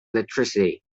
electricity